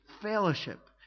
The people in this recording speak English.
fellowship